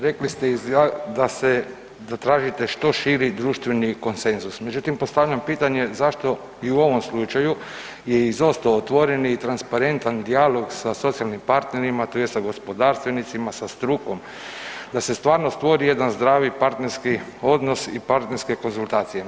Rekli ste da tražite što širi društveni konsenzus, međutim postavljam pitanje zašto i u ovom slučaju je izostao otvoreni i transparentan dijalog sa socijalnim partnerima tj. sa gospodarstvenicima, sa strukom da se stvarno stvori jedan zdravi partnerski odnos i partnerske konzultacije.